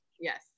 Yes